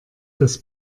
das